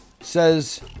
says